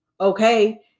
Okay